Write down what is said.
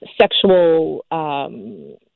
sexual